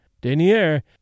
denier